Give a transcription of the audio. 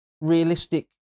realistic